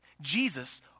Jesus